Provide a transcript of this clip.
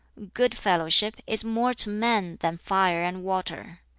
good-fellowship is more to men than fire and water.